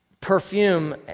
Perfume